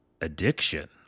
addiction